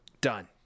done